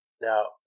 Now